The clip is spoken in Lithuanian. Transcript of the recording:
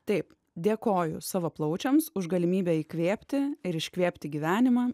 taip dėkoju savo plaučiams už galimybę įkvėpti ir iškvėpti gyvenimą